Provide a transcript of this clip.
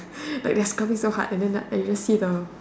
like they are scrubbing so hard and then like I just see the